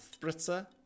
spritzer